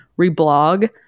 reblog